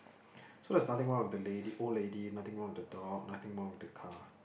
so there's nothing wrong with the lady old lady nothing wrong with the dog nothing wrong with the car